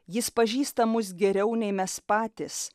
jis pažįsta mus geriau nei mes patys